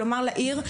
כלומר לעיר,